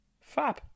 Fab